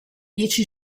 dieci